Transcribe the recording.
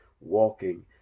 walking